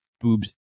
boobs